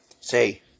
say